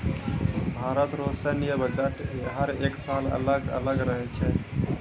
भारत रो सैन्य बजट हर एक साल अलग अलग रहै छै